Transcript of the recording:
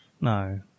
no